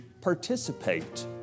participate